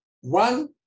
One